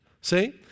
See